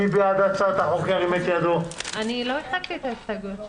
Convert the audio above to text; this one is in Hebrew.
אני עוד לא הצגתי את ההסתייגויות.